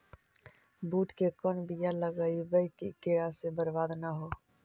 बुंट के कौन बियाह लगइयै कि कीड़ा से बरबाद न हो?